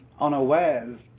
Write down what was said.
unawares